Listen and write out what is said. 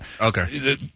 Okay